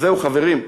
אז זהו, חברים,